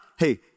Hey